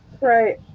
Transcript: right